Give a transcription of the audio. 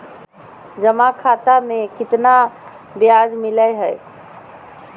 जमा खाता में केतना ब्याज मिलई हई?